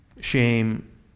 shame